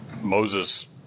Moses